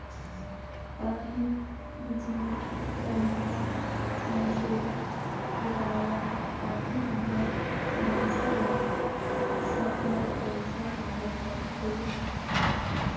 पानी, बिजली, तनखा, मंजूरी, किराया आदि मन बर मइनसे ल सरलग पइसा लागत रहथे